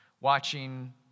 Watching